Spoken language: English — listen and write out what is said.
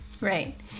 right